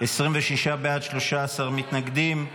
26 בעד, 13 מתנגדים.